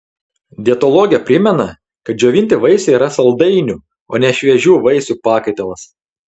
dietologė primena kad džiovinti vaisiai yra saldainių o ne šviežių vaisių pakaitalas